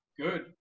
good